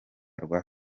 rwa